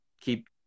keep